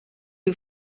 who